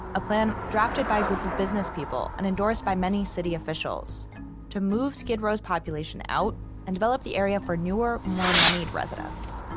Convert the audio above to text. a plan drafted by a group of businesspeople and endorsed by many city officials to move skid row's population out and developed the area for newer and more moneyed residents.